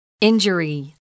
Injury